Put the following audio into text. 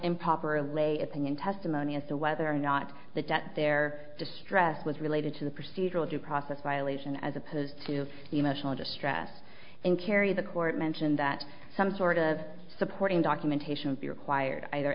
improper lay opinion testimony as to whether or not the debt their distress was related to the procedural due process violation as opposed to emotional distress and carry the court mentioned that some sort of supporting documentation would be required either